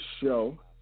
show